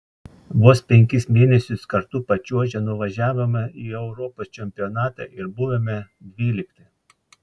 vos penkis mėnesius kartu pačiuožę nuvažiavome į europos čempionatą ir buvome dvylikti